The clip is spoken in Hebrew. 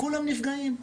כולם נפגעים.